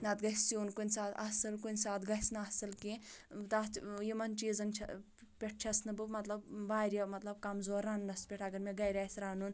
نَہ تہٕ گژھہِ سیٛن کُنہِ ساتہٕ اصٕل کُنہِ ساتہٕ گژھہِ نہٕ اصٕل کیٚنٛہہ تتھ یِمَن چیٖزَن چھیٚس پٮ۪ٹھ چھیٚس نہٕ بہٕ مطلب واریاہ مطلب کَمزور رَننَس پٮ۪ٹھ اَگر مےٚ گھرِ آسہِ رَنُن